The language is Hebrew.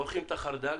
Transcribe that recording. מורחים את החרדל,